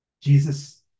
Jesus